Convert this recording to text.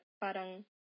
parang